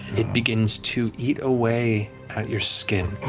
it begins to eat away at your skin.